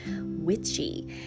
witchy